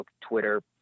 Twitter